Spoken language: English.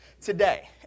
today